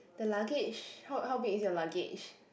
the luggage how how big is your luggage